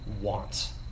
wants